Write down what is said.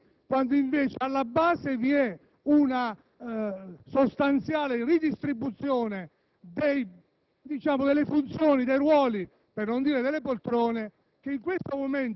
la volontarietà delle dimissioni quando invece, alla base, vi è una sostanziale redistribuzione delle funzioni e dei ruoli